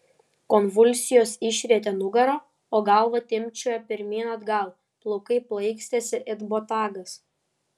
konvulsijos išrietė nugarą o galva timpčiojo pirmyn atgal plaukai plaikstėsi it botagas